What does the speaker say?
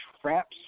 traps